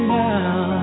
now